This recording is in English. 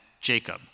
Jacob